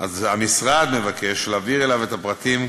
המשרד מבקש להעביר אליו את הפרטים,